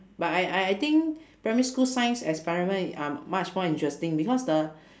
but I I I think primary school science experiment are much more interesting because the